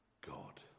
god